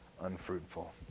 unfruitful